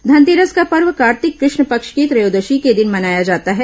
धनतेरस का पर्व कार्तिक कृष्ण पक्ष की त्रयोदशी के दिन मनाया जाता है